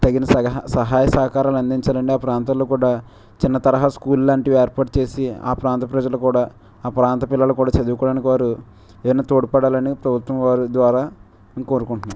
తగిన సలహా సహాయ సహకారాలు అందించాలంటే ఆ ప్రాంతాల్లో కూడా చిన్న తరహా స్కూల్ లాంటివి ఏర్పాటు చేసి ఆ ప్రాంత ప్రజలు కూడా ఆ ప్రాంత పిల్లలు కూడా చదువుకోవడానికి వారు ఏమైనా తోడ్పడాలని ప్రభుత్వం వారి ద్వారా నేను కోరుకుంటున్నాను